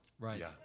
Right